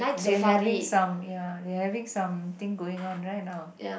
they're having some ya they're having some thing going on right now